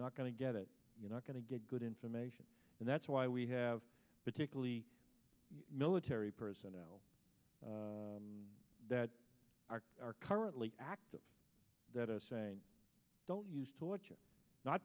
not going to get it you're not going to get good information and that's why we have particularly military personnel that are currently active that are saying don't use torture not